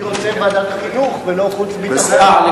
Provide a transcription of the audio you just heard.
אני רוצה ועדת החינוך, לא חוץ וביטחון.